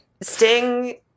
Sting